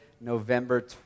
November